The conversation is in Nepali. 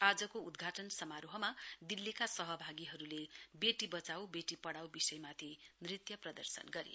आजको उद्घाटन समारोहमा दिल्लीका सहभागीहरूले बेटी बचाउ बेटी पढाउ विषयमाथि नृत्य प्रदर्शन गरे